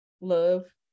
love